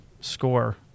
score